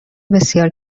بسیار